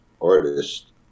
artist